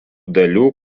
dalių